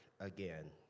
again